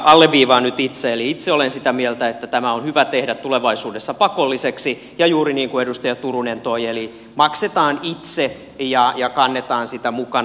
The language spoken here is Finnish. alleviivaan nyt itse eli itse olen sitä mieltä että tämä on hyvä tehdä tulevaisuudessa pakolliseksi ja juuri niin kuin edustaja turunen toi eli maksetaan itse ja kannetaan sitä mukana